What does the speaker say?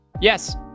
Yes